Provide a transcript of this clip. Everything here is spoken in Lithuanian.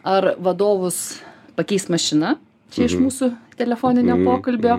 ar vadovus pakeis mašina čia iš mūsų telefoninio pokalbio